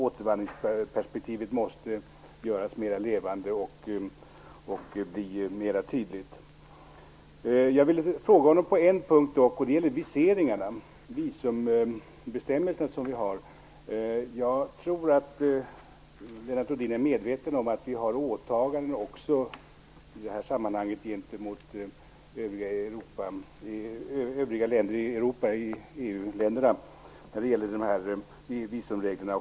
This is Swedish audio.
Återvandringsperspektivet måste göras mer levande och bli mera tydligt. Jag ville ta upp visumbestämmelserna. Jag tror att Lennart Rohdin är medveten om att vi har åtaganden gentemot övriga EU-länder när det gäller visumreglerna.